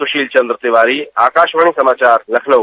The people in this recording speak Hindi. सुशील चंद्र तिवारी आकाशवाणी समाचार लखनऊ